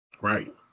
Right